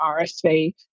RSV